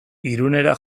irunera